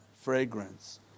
fragrance